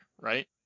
right